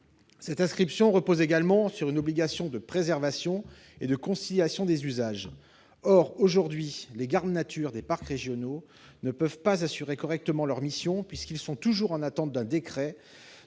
Cette inscription repose également sur une obligation de préservation et de conciliation des usages. Or, aujourd'hui, les gardes nature des parcs régionaux ne peuvent pas assurer correctement leur mission puisqu'ils sont toujours dans l'attente d'un décret,